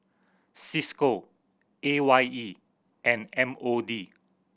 Cisco A Y E and M O D